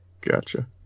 Gotcha